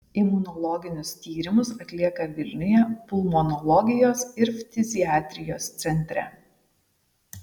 imunologinius tyrimus atlieka vilniuje pulmonologijos ir ftiziatrijos centre